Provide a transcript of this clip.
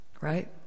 right